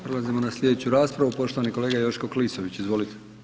Prelazimo na slijedeću raspravu poštovani kolega Joško Klisović, izvolite.